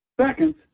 Second